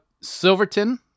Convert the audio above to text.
Silverton